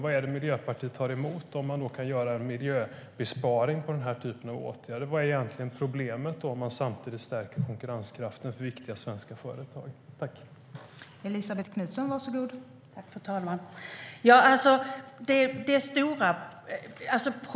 Vad har Miljöpartiet emot att göra en miljöbesparing genom den här typen av åtgärder och samtidigt stärka konkurrenskraften för viktiga svenska företag? Vad är egentligen problemet?